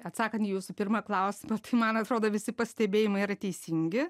atsakant į jūsų pirmą klausimą tai man atrodo visi pastebėjimai yra teisingi